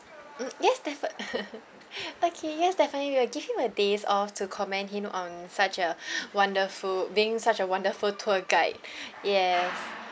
mm yes defin~ okay yes definitely we will give him a day's off to commend him on such a wonderful being such a wonderful tour guide yes